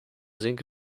zinc